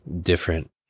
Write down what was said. different